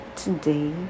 Today